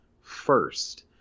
first